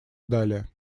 далее